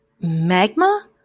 Magma